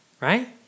right